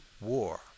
war